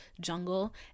jungle